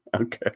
Okay